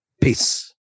Peace